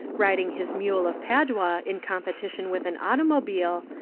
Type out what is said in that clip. riding his mule of padua in competition with an automobile,